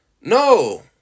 No